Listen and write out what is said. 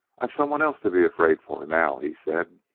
i've someone else to be afraid for now, he said.